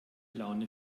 laune